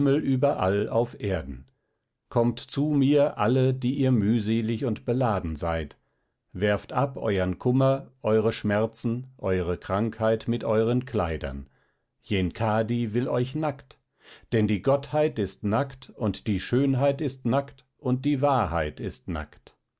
überall auf erden kommt zu mir alle die ihr mühselig und beladen seid werft ab euern kummer euere schmerzen euere krankheit mit eueren kleidern yenkadi will euch nackt denn die gottheit ist nackt und die schönheit ist nackt und die wahrheit ist nackt